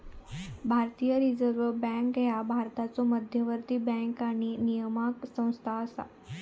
भारतीय reserve bank ह्या भारताचो मध्यवर्ती बँक आणि नियामक संस्था असा